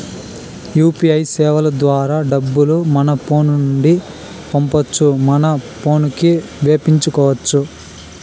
UPI సేవల ద్వారా డబ్బులు మన ఫోను నుండి పంపొచ్చు మన పోనుకి వేపించుకొచ్చు